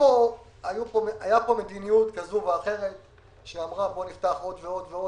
הייתה פה מדיניות כזו ואחרת שאמרה: בואו נפתח עוד ועוד,